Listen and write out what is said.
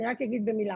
אני רק אגיד במילה: